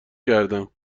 کردم